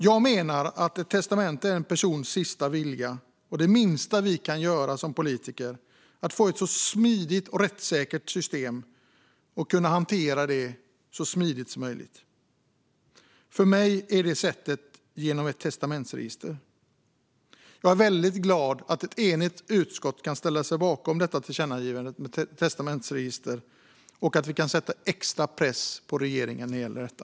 Jag menar att ett testamente är en persons sista vilja och att det minsta vi kan göra som politiker är att skapa ett så smidigt och rättssäkert system som möjligt. För mig är det ett testamentsregister. Jag är väldigt glad över att ett enigt utskott kan ställa sig bakom tillkännagivandet om ett testamentsregister och sätta extra press på regeringen när det gäller detta.